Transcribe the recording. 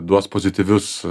duos pozityvius